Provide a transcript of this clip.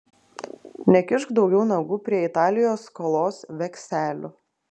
nekišk daugiau nagų prie italijos skolos vekselių